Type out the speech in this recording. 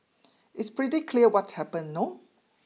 it's pretty clear what happened no